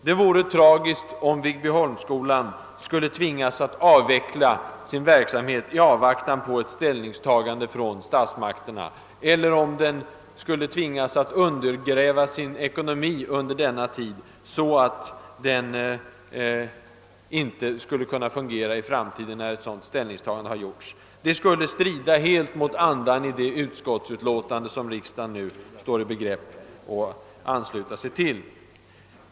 Det vore tragiskt om Viggbyholmsskolan skulle tvingas att avveckla sin verksamhet i avvaktan på statsmakternas ställningstagande, eller om den skulle vara tvungen att undergräva sin ekonomi under denna tid, så att den inte kan fungera i framtiden sedan ett sådant ställningstagande skett. Det skulle helt strida mot andan i det utskottsförslag. som riksdagen nu står i begrepp att ansluta sig till.